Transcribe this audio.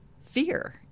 fear